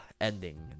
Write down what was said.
ending